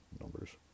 numbers